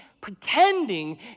pretending